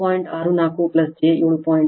64 j 7